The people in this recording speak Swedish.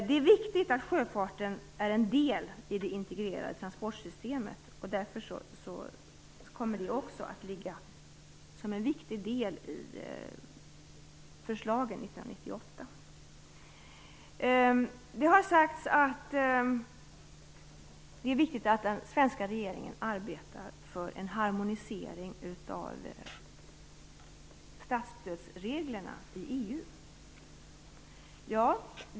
Det är viktigt att sjöfarten är en del i det integrerade transportsystemet. Därför kommer det också att ligga som en viktig del i förslagen 1998. Det har sagts att det är viktigt att den svenska regeringen arbetar för en harmonisering av statsstödsreglerna i EU.